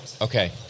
Okay